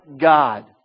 God